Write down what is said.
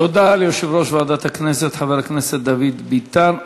תודה ליושב-ראש ועדת הכנסת חבר הכנסת דוד ביטן.